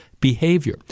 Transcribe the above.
behavior